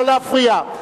לא להפריע.